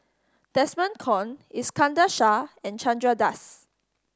Desmond Kon Iskandar Shah and Chandra Das